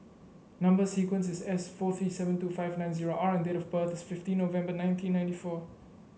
number sequence is S four three seven two five nine zero R and date of birth is fifteen November nineteen ninety four